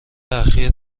اخیر